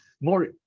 more